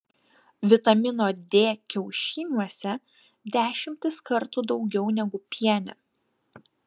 vitamino d kiaušiniuose dešimtis kartų daugiau negu piene